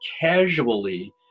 casually